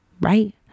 right